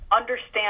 understand